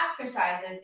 exercises